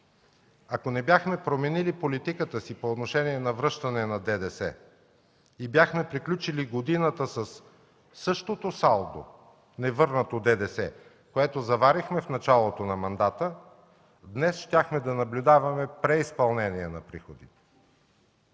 Ако не бяхме променили политиката си по отношение на връщане на ДДС и бяхме приключили годината със същото салдо невърнато ДДС, което заварихме в началото на мандата, днес щяхме да наблюдаваме преизпълнение на приходите.